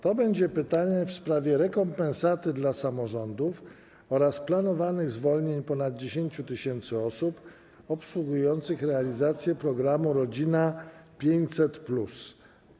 To będzie pytanie w sprawie rekompensaty dla samorządów oraz planowanych zwolnień ponad 10 tys. osób obsługujących realizację programu „Rodzina 500+”